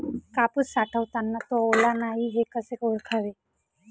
कापूस साठवताना तो ओला नाही हे कसे ओळखावे?